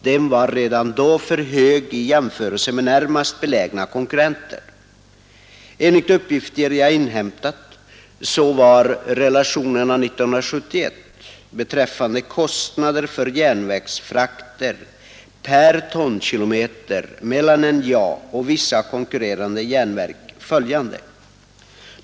Den var redan då för hög i jämförelse med taxorna för närmast belägna konkurrenter. Enligt uppgifter jag inhämtat var relationerna 1971 beträffande kostnader för järnvägsfrakter per tonkilometer mellan NJA och vissa konkurrerande järnverk följande.